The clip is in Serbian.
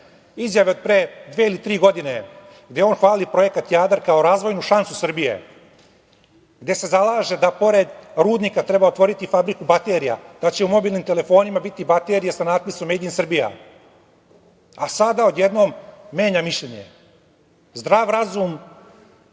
izjave od pre dve ili tri godine gde on hvali projekat Jadar kao razvojnu šansu Srbije, gde se zalaže da pored rudnika treba otvoriti fabriku baterija, da će u mobilnim telefonima biti baterije sa natpisom „mejd in Srbija“, a sada odjednom menja mišljenje, zdrav razum